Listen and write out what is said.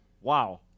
Wow